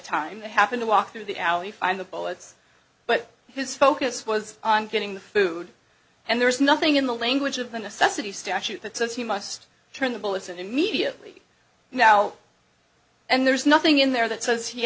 time they happen to walk through the alley find the bullets but his focus was on getting the food and there's nothing in the language of the necessity statute that says you must turn the bullets and immediately now and there's nothing in there that says